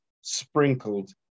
sprinkled